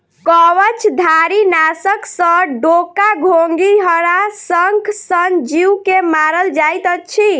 कवचधारीनाशक सॅ डोका, घोंघी, हराशंख सन जीव के मारल जाइत अछि